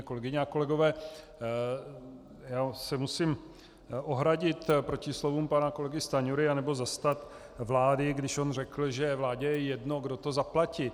Kolegyně a kolegové, já se musím ohradit proti slovům pana kolegy Stanjury, nebo zastat vlády, když on řekl, že vládě je jedno, kdo to zaplatí.